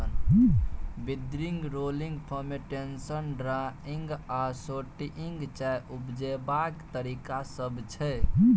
withering, rolling, fermentation, drying आ sorting चाय उपजेबाक तरीका सब छै